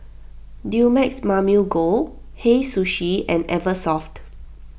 Dumex Mamil Gold Hei Sushi and Eversoft